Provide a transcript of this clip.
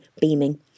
beaming